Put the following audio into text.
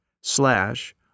slash